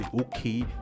okay